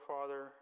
Father